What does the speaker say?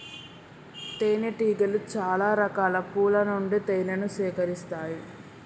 తేనె టీగలు చాల రకాల పూల నుండి తేనెను సేకరిస్తాయి